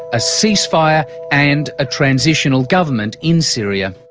a ceasefire and a transitional government in syria.